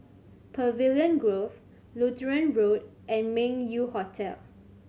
Pavilion Grove Lutheran Road and Meng Yew Hotel